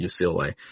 UCLA